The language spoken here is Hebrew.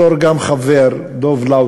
גם בתור חבר, דב לאוטמן.